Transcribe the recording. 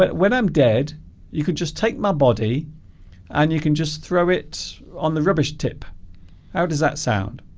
but when i'm dead you could just take my body and you can just throw it on the rubbish tip how does that sound?